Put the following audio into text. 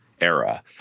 era